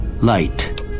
Light